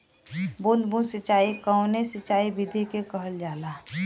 बूंद बूंद सिंचाई कवने सिंचाई विधि के कहल जाला?